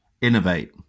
Innovate